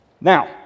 Now